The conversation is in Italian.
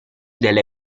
delle